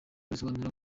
risobanura